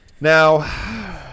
now